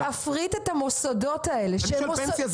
אסור להפריט מוסדות שלא